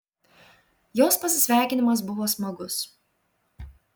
jos pasisveikinimas buvo smagus